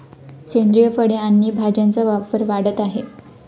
सेंद्रिय फळे आणि भाज्यांचा व्यापार वाढत आहे